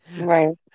right